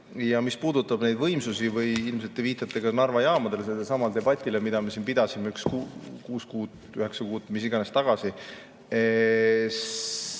Mis puudutab neid võimsusi – ilmselt te viitate ka Narva jaamadele, sellelesamale debatile, mida me siin pidasime kuus kuud või üheksa kuud, mis iganes tagasi